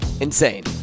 Insane